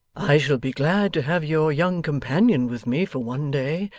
i shall be glad to have your young companion with me for one day.